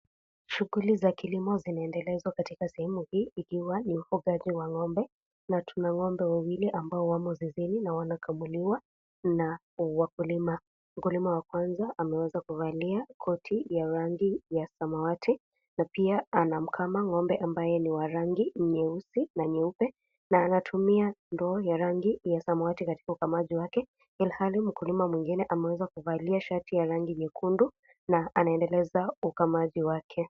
Shughuli za kilimo zinaendelezwa katika sehemu hii ikiwa ni ufugaji wa ng'ombe, na tuna ng'ombe wawili ambao wamo zizini na wanakamuliwa na wakulima. Mkulima wa kwanza ameweza kuvalia koti ya rangi ya samawati, na pia anamkama ng'ombe ambaye ni wa rangi nyeusi na nyeupe, na anatumia ndoo ya rangi ya samawati katika ukamaji wake, ilhali mkulima mwingine ameweza kuvalia shati ya rangi nyekundu, na anaendeleza ukamaji wake.